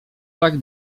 tak